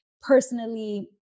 personally